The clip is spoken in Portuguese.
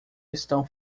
estão